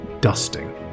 dusting